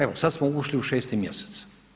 Evo, sada smo ušli u 6. mjesec.